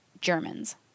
Germans